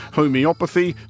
homeopathy